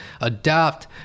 adapt